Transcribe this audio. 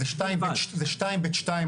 אז אם אתה יכול חמש דקות להציג את המסקנות.